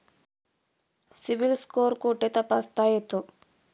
CIBIL score कुठे तपासता येतो?